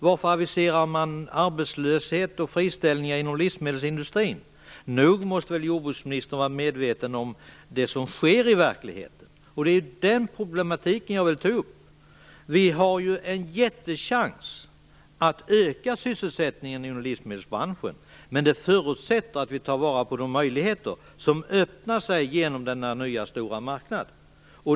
Varför aviserar man arbetslöshet och friställningar inom livsmedelsindustrin? Nog måste väl jorbruksministern vara medveten om det som sker i verkligheten. Det är den problematiken jag ville ta upp. Vi har en jättechans att öka sysselsättningen inom livsmedelsbranschen, men det förutsätter att vi tar vara på de möjligheter som öppnas genom denna stora marknad.